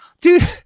dude